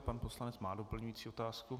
Pan poslanec má doplňující otázku.